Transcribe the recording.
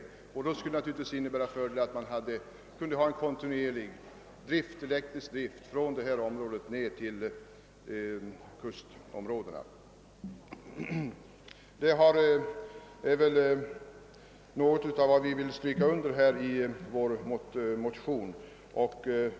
Under sådana förhållanden skulle det naturligtvis innebära en fördel om man hade en kontinuerlig elektrisk drift från detta område ned till kustområdena. Vi har velat understryka detta i vår motion.